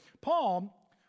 Paul